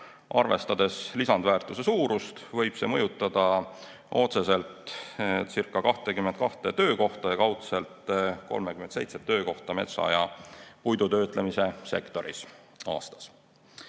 Arvestades lisandväärtuse suurust, võib see mõjutada otseseltcirca22 töökohta ja kaudselt 37 töökohta metsa‑ ja puidutöötlemise sektoris aastas.